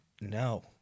no